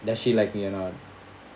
does she like me or not